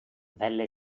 vedli